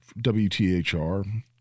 WTHR